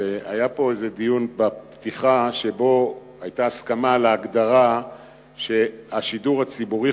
והיה פה איזה דיון בפתיחה שבו היתה הסכמה להגדרה שהשידור הציבורי,